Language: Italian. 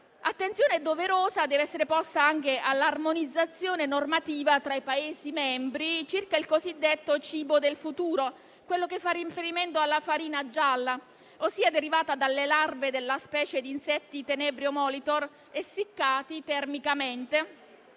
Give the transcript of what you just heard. Attenzione doverosa deve essere posta anche all'armonizzazione normativa tra i Paesi membri circa il cosiddetto cibo del futuro, quello che fa riferimento alla farina gialla, ossia derivata dalle larve della specie di insetti *tenebrio molitor* essiccati termicamente,